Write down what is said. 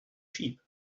sheep